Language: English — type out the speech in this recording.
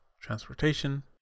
transportation